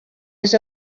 was